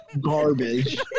garbage